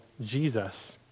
Jesus